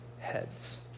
heads